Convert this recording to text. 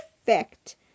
perfect